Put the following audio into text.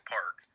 Park